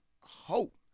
hope